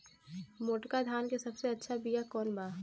मोटका धान के सबसे अच्छा बिया कवन बा?